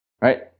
Right